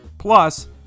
Plus